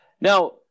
now